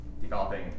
developing